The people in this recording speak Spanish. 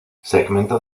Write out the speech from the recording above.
segmento